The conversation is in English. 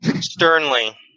sternly